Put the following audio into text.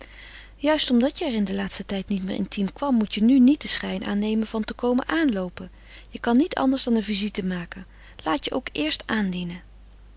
juist omdat je er in den laatsten tijd niet meer intiem kwam moet je nu niet den schijn aannemen van te komen aanloopen je kan niet anders dan een visite maken laat je ook eerst aandienen